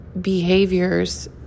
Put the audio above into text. behaviors